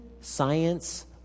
science